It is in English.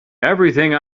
everything